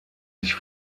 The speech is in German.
sich